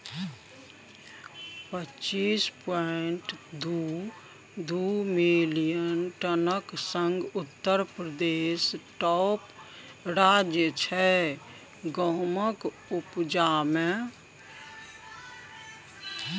पच्चीस पांइट दु दु मिलियन टनक संग उत्तर प्रदेश टाँप राज्य छै गहुमक उपजा मे